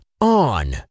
On